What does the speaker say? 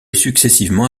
successivement